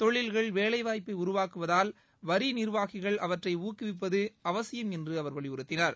தொழில்கள் வேலைவாய்ப்பை உருவாக்குவதால் வரி நிர்வாகிகள் அவற்றை ஊக்குவிப்பது அவசியம் என்று அவர் வலியுறுத்தினார்